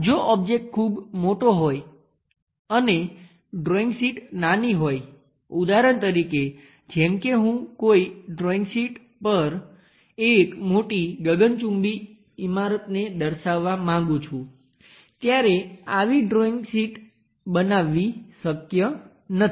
જો ઓબ્જેક્ટ ખૂબ મોટો હોય અને ડ્રોઇંગ શીટ નાની હોય ઉદાહરણ તરીકે જેમ કે હું કોઈ ડ્રોઇંગ શીટ પર એક મોટી ગગનચુંબી ઇમારતને દર્શાવવા માંગું છું ત્યારે આવી મોટી ડ્રોઇંગ શીટ્સ બનાવવી શક્ય નથી